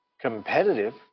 competitive